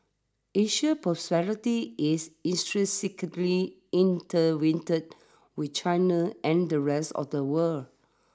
Asia's prosperity is intrinsically intertwined with China's and the rest of the world